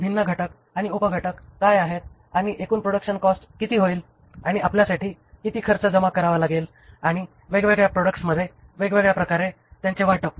ते भिन्न घटक आणि उप घटक काय आहेत आणि एकूण प्रोडक्शन कॉस्ट किती होईल आणि आपल्यासाठी किती खर्च जमा करावा लागेल आणि वेगवेगळ्या प्रॉडक्ट्समध्ये वेगवेगळ्या प्रकारे त्यांचे वाटप